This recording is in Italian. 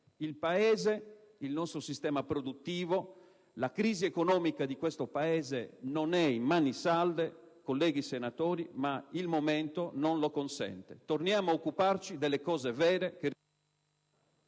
Il Paese, il nostro sistema produttivo, la crisi economica di questo Paese non sono in mani salde, colleghi senatori, ed il momento non lo consente. Torniamo ad occuparci delle cose vere...